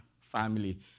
family